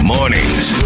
Mornings